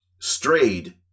strayed